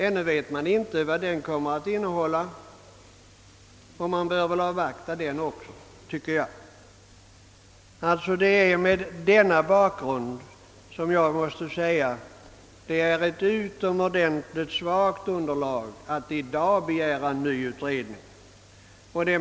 Ännu vet man inte vad den kommer att innehålla, och jag anser att man bör avvakta den. Det är mot denna bakgrund jag måste säga att det finns dåligt underlag för begäran om ny utredning.